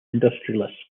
industrialist